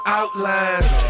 outlines